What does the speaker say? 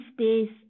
space